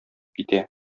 китә